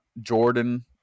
Jordan